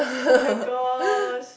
my gosh